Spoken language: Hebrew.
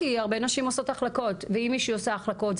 כי הרבה נשים עושות החלקות ואם מישהי עושה החלקות,